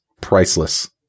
priceless